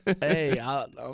hey